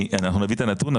אנחנו נביא את הנתון,